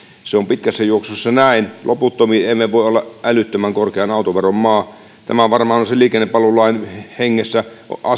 se on pitkässä juoksussa näin loputtomiin emme voi olla älyttömän korkean autoveron maa tämä varmaan olisi liikennepalvelulain hengessä